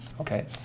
okay